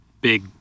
big